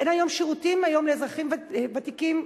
אין היום שירותים לאזרחים ותיקים,